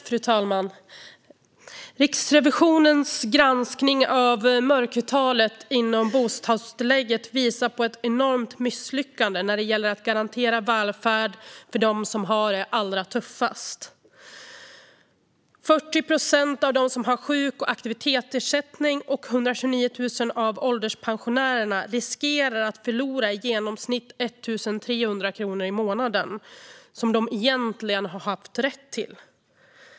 Fru talman! Riksrevisionens granskning av mörkertalet inom bostadstillägget visar på ett enormt misslyckande när det gäller att garantera välfärd för dem som har det allra tuffast. 40 procent av dem som har sjuk och aktivitetsersättning och 129 000 av ålderspensionärerna riskerar att förlora i genomsnitt 1 300 kronor i månaden som de egentligen har rätt till.